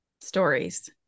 stories